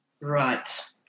right